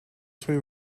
three